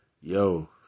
yo